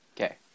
Okay